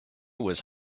was